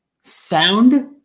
sound